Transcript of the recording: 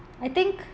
I think